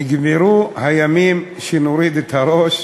נגמרו הימים שנוריד את הראש.